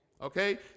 Okay